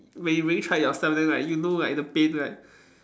when you really try it yourself then like you know like the pain like